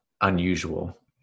unusual